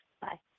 Bye